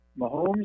Mahomes